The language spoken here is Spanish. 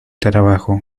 trabajo